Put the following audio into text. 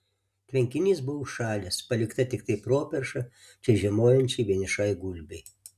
tvenkinys buvo užšalęs palikta tiktai properša čia žiemojančiai vienišai gulbei